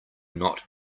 not